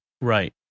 Right